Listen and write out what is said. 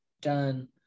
done